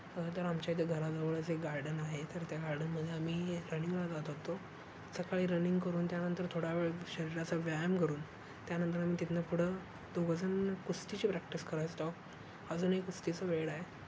खरंतर आमच्या इथं घराजवळच एक गार्डन आहे तर त्या गार्डनमध्ये आम्ही रनिंगला जात होतो सकाळी रनिंग करून त्यानंतर थोडा वेळ शरीराचा व्यायाम करून त्यानंतर आम्ही तिथनं पुढं दोघंजण कुस्तीची प्रॅक्टिस करायचो अजूनही कुस्तीचं वेड आहे